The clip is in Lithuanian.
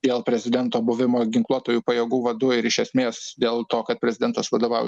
dėl prezidento buvimo ginkluotųjų pajėgų vadu ir iš esmės dėl to kad prezidentas vadovavo